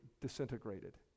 disintegrated